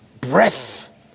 breath